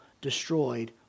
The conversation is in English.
destroyed